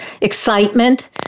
excitement